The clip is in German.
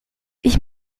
ich